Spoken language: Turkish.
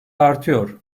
artıyor